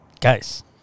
guys